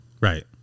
right